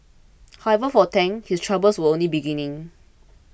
however for Tang his troubles were only beginning